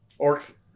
Orcs